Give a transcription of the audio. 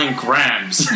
grams